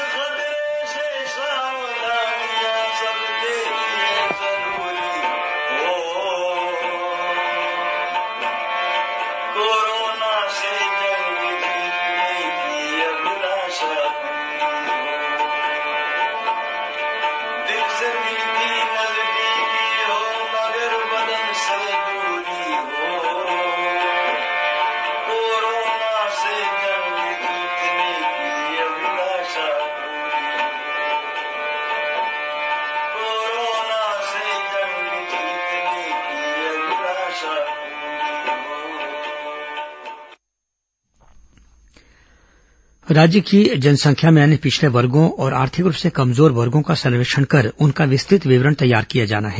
OBC सर्वेक्षण आयोग राज्य की जनसंख्या में अन्य पिछड़े वर्गो और आर्थिक रूप से कमजोर वर्गो का सर्वेक्षण कर उनका विस्तुत विवरण तैयार किया जाना है